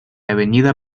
avenida